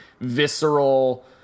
visceral